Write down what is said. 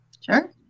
Sure